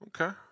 Okay